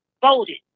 voted